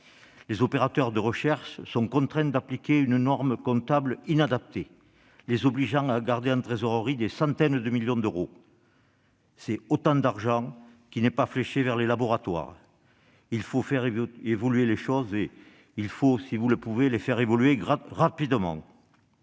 les opérateurs de recherche sont contraints d'appliquer une norme comptable inadaptée, qui les oblige à garder en trésorerie des centaines de millions d'euros ! C'est autant d'argent qui n'est pas fléché vers les laboratoires. Il faut faire évoluer les choses, et il faut, si vous le pouvez, le faire rapidement